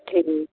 ठीक